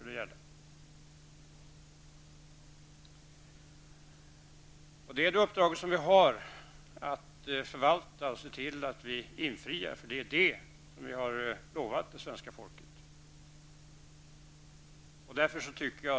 Det är ett uppdrag som vi har att förvalta och ett löfte att infria till det svenska folket.